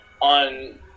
on